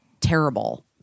terrible